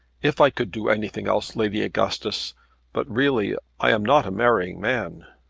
if i could do anything else, lady augustus but really i am not a marrying man.